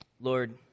Lord